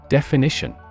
Definition